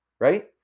right